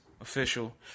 official